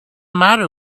matter